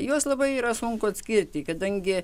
juos labai yra sunku atskirti kadangi